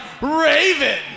Raven